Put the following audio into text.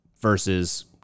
versus